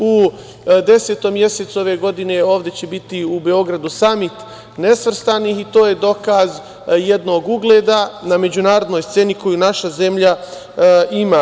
U 10. mesecu ove godine ovde će biti u Beogradu Samit nesvrstanih i to je dokaz jednog ugleda na međunarodnoj sceni koji naša zemlja ima.